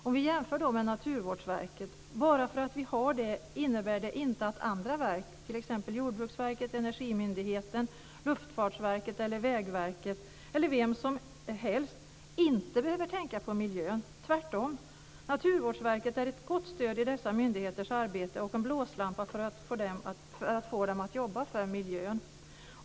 Vi kan jämföra med Naturvårdsverket: bara för att vi har det innebär det inte att andra verk, t.ex. Jordbruksverket, Energimyndigheten, Luftfartsverket, Vägverket eller vem som helst, inte behöver tänka på miljön - tvärtom. Naturvårdsverket är ett gott stöd i dessa myndigheters arbete och en blåslampa för att få dem att jobba för miljön.